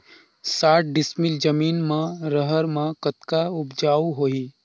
साठ डिसमिल जमीन म रहर म कतका उपजाऊ होही?